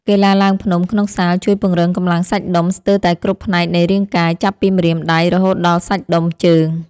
កីឡាឡើងភ្នំក្នុងសាលជួយពង្រឹងកម្លាំងសាច់ដុំស្ទើរតែគ្រប់ផ្នែកនៃរាងកាយ ចាប់ពីម្រាមដៃ រហូតដល់សាច់ដុំជើង។